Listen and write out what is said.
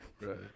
Right